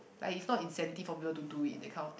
but is not incentive for people to do it that kind of thing